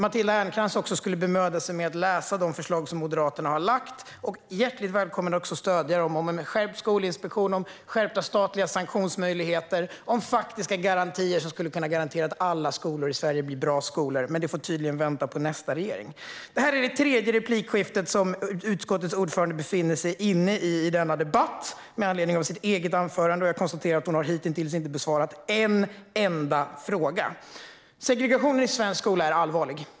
Matilda Ernkrans kunde kanske bemöda sig om att läsa de förslag som Moderaterna har lagt fram. Hon är hjärtligt välkommen att stödja dem. Det handlar om en skärpt skolinspektion, skärpta statliga sanktionsmöjligheter och faktiska garantier för att alla skolor i Sverige ska bli bra skolor. Detta får tydligen vänta tills vi får en ny regering. Detta är det tredje replikskiftet som utskottets ordförande befinner sig i i denna debatt med anledning av hennes eget anförande. Jag konstaterar att hon hittills inte har besvarat en enda fråga. Segregationen i svensk skola är allvarlig.